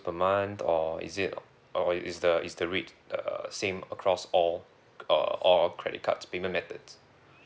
per month or is it or is the is the rate err same across all or or credit cards payment methods